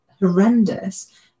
horrendous